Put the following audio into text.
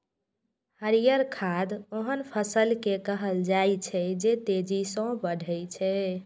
हरियर खाद ओहन फसल कें कहल जाइ छै, जे तेजी सं बढ़ै छै